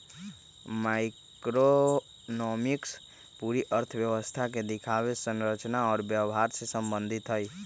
macroeconomics पूरी अर्थव्यवस्था के दिखावे, संरचना और व्यवहार से संबंधित हई